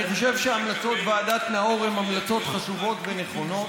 אני חושב שהמלצות ועדת נאור הן המלצות חשובות ונכונות.